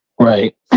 Right